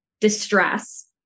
distress